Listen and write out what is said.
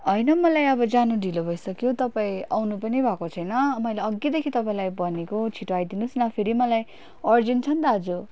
होइन मलाई अब जानु ढिलो भइसक्यो तपाईँ आउनु पनि भएको छैन मैले अघिदेखि तपाईँलाई भनेको छिटो आइदिनुहोस् न फेरि मलाई अर्जेन्ट छ नि आज